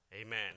Amen